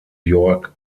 york